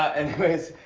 anyways,